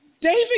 David